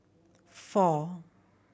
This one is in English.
four